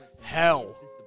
hell